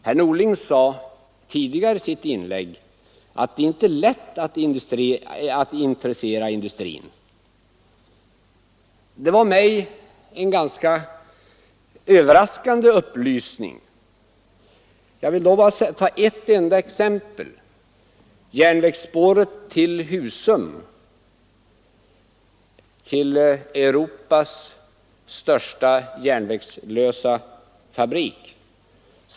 Herr Norling sade tidigare i sitt inlägg att det inte är lätt att intressera industrin. Det var för mig en ganska överraskande upplysning, och jag vill då ta ett enda exempel på motsatsen: järnvägsspåret till Husum — Europas största järnvägslösa fabrik!